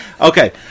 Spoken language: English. Okay